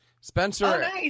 Spencer